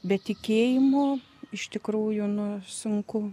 be tikėjimo iš tikrųjų nu sunku